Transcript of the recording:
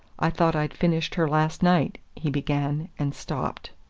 i thought i'd finished her last night, he began, and stopped.